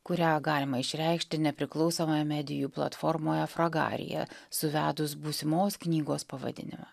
kurią galima išreikšti nepriklausomoje medijų platformoje fragarija suvedus būsimos knygos pavadinimą